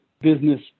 business